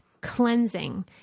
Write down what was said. cleansing